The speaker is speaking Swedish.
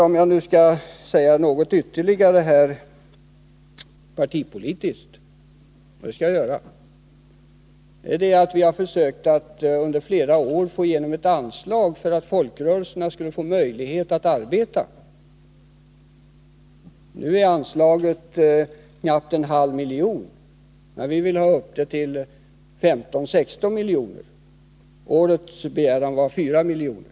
Om jag också skall säga något om vad vi har gjort partipolitiskt — och det vill jag gärna göra — så kan jag nämna att vi under flera år har försökt att få igenom ett ökat anslag till folkrörelserna för att förbättra deras möjligheter att arbeta för fred. Anslaget är nu knappt en halv miljon, men vi vill ha upp det till 15-16 miljoner — årets begäran från vår sida var 4 miljoner.